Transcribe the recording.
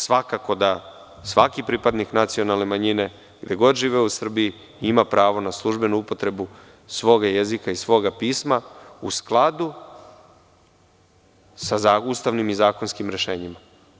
Svakako da je svaki pripadnik nacionalne manjine, gde god živeo u Srbiji ima pravo na službenu upotrebu svog jezika i svog pisma u skladu sa ustavnim i zakonskim rešenjima.